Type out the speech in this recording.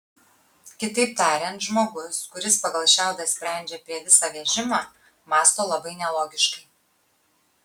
kitaip tariant žmogus kuris pagal šiaudą sprendžia apie visą vežimą mąsto labai nelogiškai